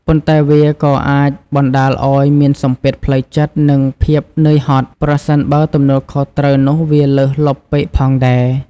ប៉ុន្តែវាក៏អាចបណ្ដាលឱ្យមានសម្ពាធផ្លូវចិត្ត និងភាពនឿយហត់ ប្រសិនបើទំនួលខុសត្រូវនោះវាលើសលប់ពេកផងដែរ។